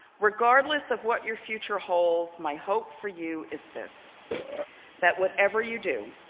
regardless of what your future holds, my hope for you is this that whatever you do,